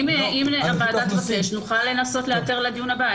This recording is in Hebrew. אם הוועדה תבקש נוכל לנסות לאתר לדיון הבא,